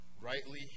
rightly